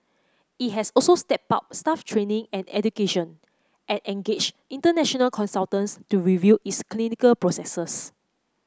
it has also stepped up staff training and education and engaged international consultants to review its clinical processes